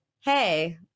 Hey